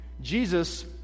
Jesus